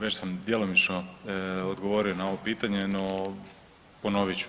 Već sam djelomično odgovorio na ovo pitanje no ponovit ću.